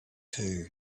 too